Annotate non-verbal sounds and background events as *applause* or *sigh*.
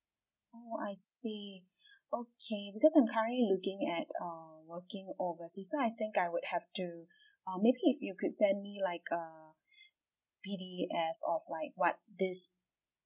orh I see okay because I'm currently looking at err working overseas so I think I would have to *breath* uh maybe if you could send me like a P_D_F or like what this